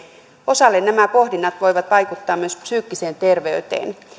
osalle nämä pohdinnat voivat vaikuttaa myös psyykkiseen terveyteen